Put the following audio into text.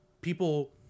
people